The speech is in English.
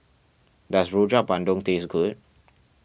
does Rojak Bandung taste good